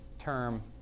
term